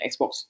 Xbox